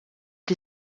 die